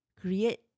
Create